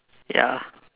ya